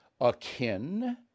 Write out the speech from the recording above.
akin